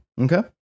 Okay